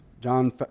John